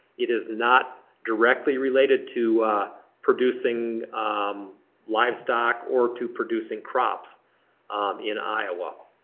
it is not directly related to producing livestock or to producing crops in iowa.